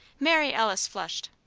mary alice flushed.